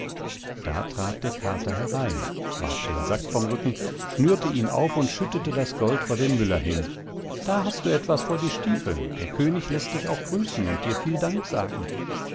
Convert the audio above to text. da trat der kater herein warf den sack vom rücken schnürte ihn auf und schüttete das gold vor den müller hin da hast du etwas vor die stiefeln der könig läßt dich auch grüßen und dir viel dank sagen